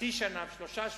חצי שנה ושלושה שבועות,